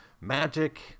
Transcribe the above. magic